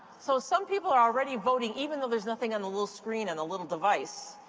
so some people are already voting even though there's nothing on the little screen on the little device.